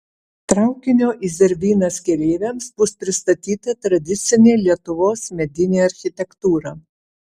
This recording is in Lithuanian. traukinio į zervynas keleiviams bus pristatyta tradicinė lietuvos medinė architektūra